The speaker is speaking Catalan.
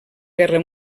guerra